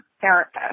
therapist